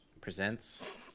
presents